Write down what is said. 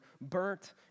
burnt